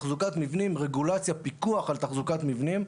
תחזוקת מבנים, רגולציה, פיקוח על תחזוקת מבנים.